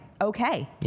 okay